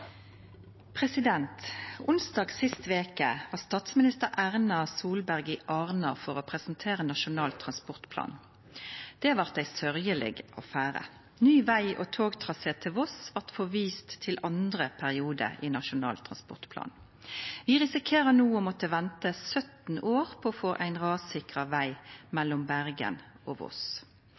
Onsdag sist veke var statsminister Erna Solberg i Arna for å presentera Nasjonal transportplan. Det var ein sørgjeleg affære. Ny veg og togtrasé til Voss blei forvist til andre periode i Nasjonal transportplan. Vi risikerer no å måtta venta 17 år på å få ein rassikra veg mellom Bergen og Voss.